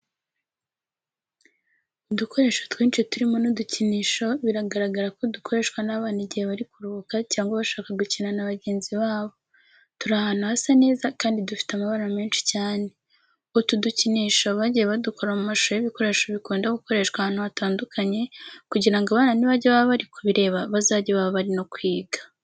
Udukorsho twinshi turimo n'udukinisho bigaragara ko dukoreshwa n'abana igihe bari kuruhuka cyangwa bashaka gukina na bagenzi babo, turi ahantu hasa neza kandi dufite amabara menshi cyane. Utu dukinisho bagiye badukora mu mashusho y'ibikoresho bikunda gukoreshwa ahantu hatandukanye kugira ngo abana nibajya baba bari kubireba bazajye baba bari no kwiga.